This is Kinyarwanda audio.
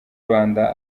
rwanda